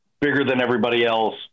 bigger-than-everybody-else